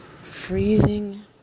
Freezing